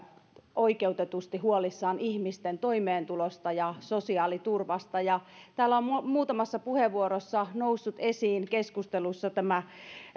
oikeutetusti huolissaan ihmisten toimeentulosta ja sosiaaliturvasta täällä on muutamassa puheenvuorossa noussut keskustelussa esiin